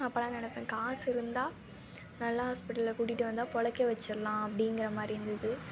அப்போல்லாம் நினப்பேன் காசு இருந்தால் நல்ல ஹாஸ்பிட்டலில் கூட்டிகிட்டு வந்தால் புலைக்க வச்சிரலாம் அப்படிங்கிற மாதிரி இருந்தது